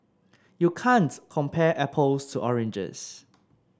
you can't compare apples to oranges